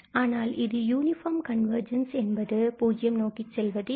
ஆனால் இது யூனிபார்மில் கன்வர்ஜென்ஸ் என்பது பூஜ்யம் நோக்கி செல்வது இல்லை